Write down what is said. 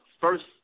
first